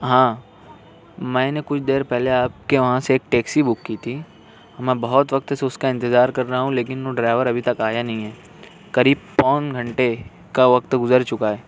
ہاں میں نے کچھ دیر پہلے آپ کے وہاں سے ایک ٹیکسی بک کی تھی میں بہت وقت سے اس کا انتظار کر رہا ہوں لیکن وہ ڈرائیور ابھی تک آیا نہیں ہے قریب پون گھنٹے کا وقت گزر چکا ہے